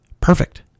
Perfect